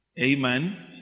Amen